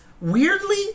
weirdly